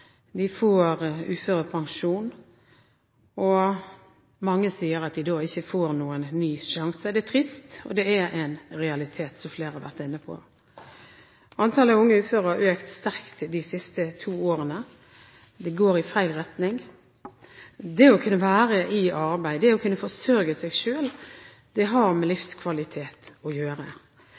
og mange sier at de da ikke får noen ny sjanse. Det er trist, og det er en realitet, som flere har vært inne på. Antallet unge uføre har økt sterkt de siste to årene. Det går i feil retning. Det å være i arbeid og kunne forsørge seg selv har med livskvalitet å